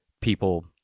people